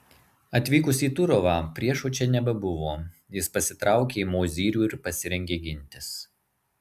atvykus į turovą priešo čia nebebuvo jis pasitraukė į mozyrių ir pasirengė gintis